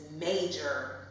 major